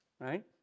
right